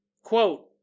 Quote